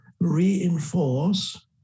reinforce